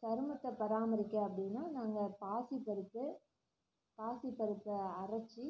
சருமத்தை பராமரிக்க அப்படின்னா நாங்கள் பாசிப்பருப்பு பாசிப்பருப்பை அரைச்சி